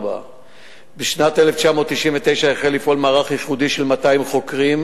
4. בשנת 1999 החל לפעול מערך ייחודי של 200 חוקרים,